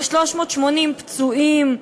ו-380 פצועים.